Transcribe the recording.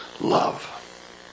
love